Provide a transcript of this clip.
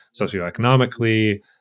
socioeconomically